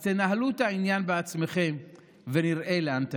אז תנהלו את העניין בעצמכם ונראה לאן תגיעו.